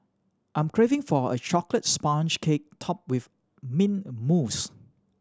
I am craving for a chocolate sponge cake top with mint mousse